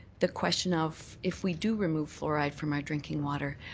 the question of if we do remove fluoride from our drinking water,